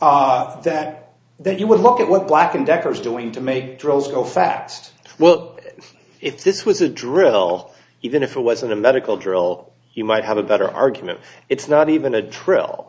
that that you would look at what black and decker is doing to make drills go fast well if this was a drill even if it wasn't a medical drill you might have a better argument it's not even a tril